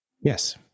Yes